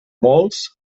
molts